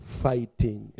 fighting